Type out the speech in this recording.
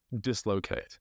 dislocate